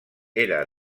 era